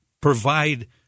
provide